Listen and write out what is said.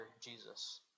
Jesus